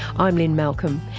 i'm lynne malcolm.